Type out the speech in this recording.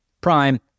Prime